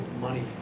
money